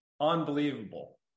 Unbelievable